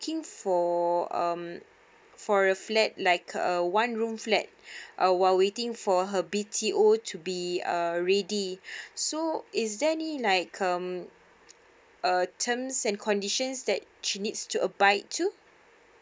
for um a flat like a one room flat uh while waiting for her B_T_O to be uh ready so is there any like um err terms and conditions that she needs to abide to